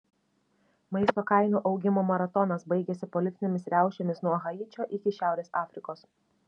maisto kainų augimo maratonas baigėsi politinėmis riaušėmis nuo haičio iki šiaurės afrikos